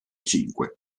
cinque